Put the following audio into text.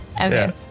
Okay